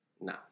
No